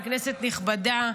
כנסת נכבדה,